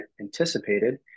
anticipated